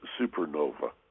supernova